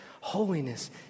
Holiness